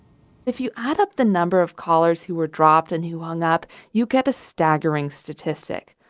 if you add up the number of callers who were dropped and who hung up you get a staggering statistic,